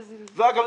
אגב,